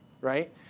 right